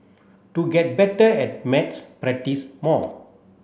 to get better at maths practise more